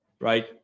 right